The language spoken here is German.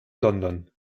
london